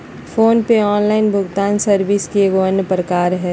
phone पे online भुगतान service के एगो अन्य प्रकार हय